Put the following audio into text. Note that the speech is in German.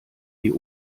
die